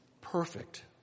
perfect